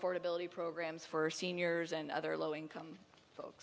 fordability programs for seniors and other low income